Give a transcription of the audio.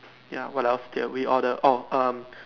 ya what else did we order orh um